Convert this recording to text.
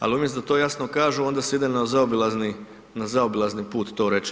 Ali umjesto da to jasno kažu onda se ide na zaobilazni, na zaobilazni put to reći.